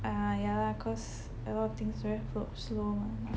uh yeah lah cause a lot of things very fu~ slow mah